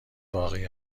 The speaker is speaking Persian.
باقی